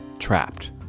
trapped